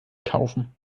kaufen